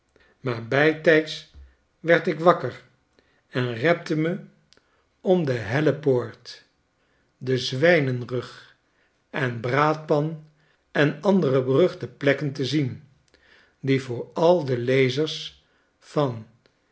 maar bijtijds werd ik wakker en repte me om de new-york hellepoort den zwijnenrug de braadpan en andere beruchte plekken te zien die voor al delezers van